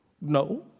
No